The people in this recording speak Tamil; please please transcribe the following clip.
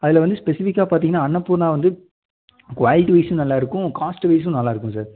அதில் வந்து ஸ்பெசிஃபிக்காக பார்த்தீங்கன்னா அன்னபூர்ணா வந்து குவாலிட்டி வைஸ்ஸும் நல்லாயிருக்கும் காஸ்ட் வைஸ்ஸும் நல்லா இருக்கும் சார்